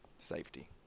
safety